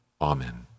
Amen